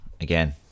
again